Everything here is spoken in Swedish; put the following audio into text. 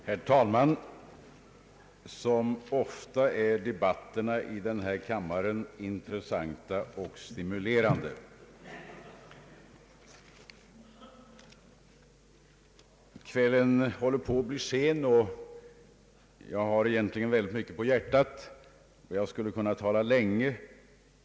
Herr talman! Debatterna i denna kammare är ofta intressanta och stimulerande. Kvällen håller på att bli sen, och jag har egentligen mycket på hjärtat och skulle kunna tala länge.